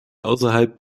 außerhalb